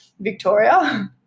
Victoria